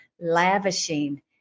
lavishing